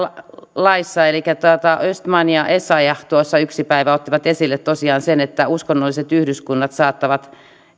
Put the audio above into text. laissa östman ja essayah tuossa yksi päivä ottivat esille tosiaan sen että uskonnolliset yhdyskunnat saattavat